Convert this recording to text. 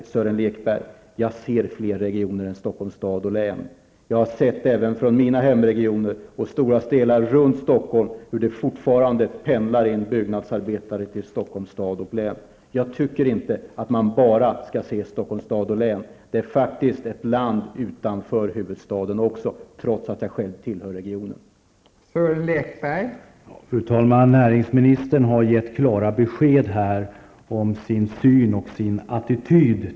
Jag ser fler regioner än Stockholms stad och län, Sören Lekberg. Jag har sett hur byggnadsarbetare från min hemregion och från stora delar runt Stockholm fortfarande pendlar till Stockholms stad och län. Jag tycker inte att man bara skall se Stockholms stad och län, trots att jag själv tillhör regionen -- det finns ett land utanför huvudstaden också.